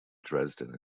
dresden